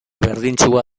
berdintsua